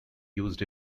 used